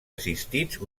assistits